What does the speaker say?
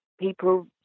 people